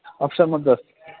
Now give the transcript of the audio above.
option मध्ये अस्ति